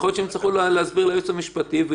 לא יכול אחרת לעשות את זה כך.